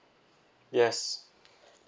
yes